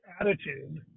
attitude